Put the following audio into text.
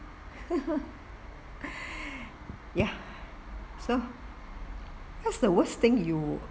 ya so what's the worst thing you